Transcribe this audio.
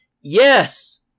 Yes